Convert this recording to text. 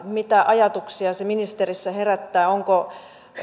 mitä ajatuksia se ministerissä herättää onko